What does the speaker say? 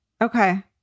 Okay